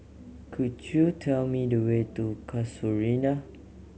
could you tell me the way to Casuarina